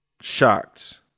shocked